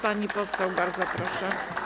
Pani poseł, bardzo proszę.